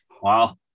Wow